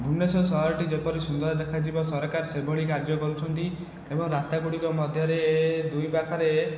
ଭୁବନେଶ୍ୱର ସହରଟି ଯେପରି ସୁନ୍ଦର ଦେଖାଯିବ ସରକାର ସେହିଭଳି କାର୍ଯ୍ୟ କରୁଛନ୍ତି ଏବଂ ରାସ୍ତା ଗୁଡ଼ିକ ମଧ୍ୟରେ ଦୁଇ ପାଖରେ